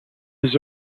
his